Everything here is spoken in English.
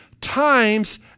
times